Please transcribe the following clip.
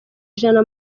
ijana